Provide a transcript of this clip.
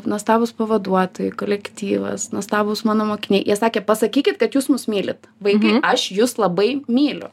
nuostabūs pavaduotojai kolektyvas nuostabūs mano mokiniai jie sakė pasakykit kad jūs mus mylit vaikai aš jus labai myliu